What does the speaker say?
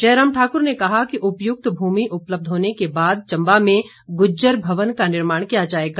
जयराम ठाकुर ने कहा कि उपयुक्त भूमि उपलब्ध होने के बाद चम्बा में गुज्जर भवन का निर्माण किया जाएगा